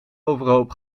overhoop